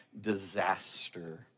disaster